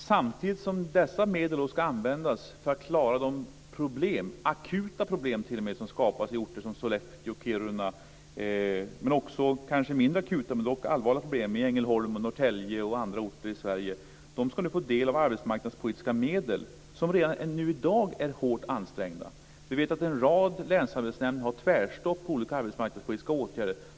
Samtidigt som arbetsmarknadspolitiska medel ska användas för att klara de akuta problem som skapas på orter som Sollefteå och Kiruna, skulle också Ängelholm, Norrtälje och andra orter i Sverige med mindre akuta men dock allvarliga problem få del av dessa medel, som redan i dag är hårt ansträngda. Vi vet att en rad länsarbetsnämnder har tvärstopp när det gäller olika arbetsmarknadspolitiska åtgärder.